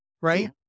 right